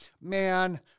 man